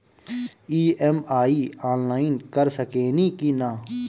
EMI online कर सकेनी की ना?